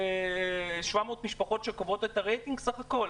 700 משפחות שקובעות את הרייטינג בסך הכול?